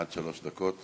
אדוני, עד שלוש דקות.